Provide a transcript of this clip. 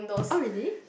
oh really